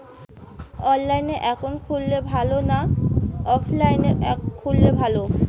অনলাইনে একাউন্ট খুললে ভালো না অফলাইনে খুললে ভালো?